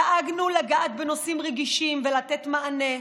דאגנו לגעת בנושאים רגישים ולתת מענה,